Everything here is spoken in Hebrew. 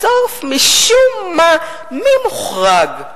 בסוף משום מה מי מוחרג?